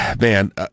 Man